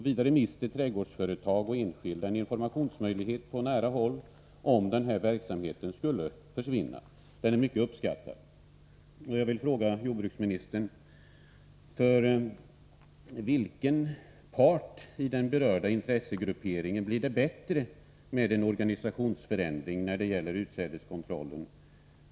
Vidare mister trädgårdsföretag och enskilda en informationsmöjlighet på nära håll, om den här verksamheten skulle försvinna. Den är mycket uppskattad. Jag vill fråga jordbruksministern: För vilken part i den här berörda intressegrupperingen blir det bättre med en organisationsförändring när det gäller utsädeskontrollen?